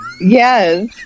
Yes